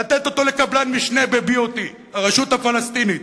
לתת אותו לקבלן משנה ב-BOT, הרשות הפלסטינית.